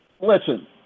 Listen